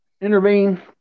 intervene